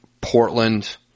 Portland